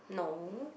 no